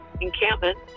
encampment